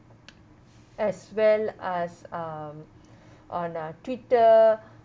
as well as um on uh Twitter